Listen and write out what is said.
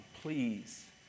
please